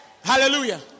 Hallelujah